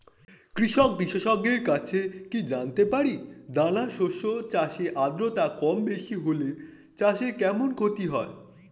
কৃষক বিশেষজ্ঞের কাছে কি জানতে পারি দানা শস্য চাষে আদ্রতা কমবেশি হলে চাষে কেমন ক্ষতি হয়?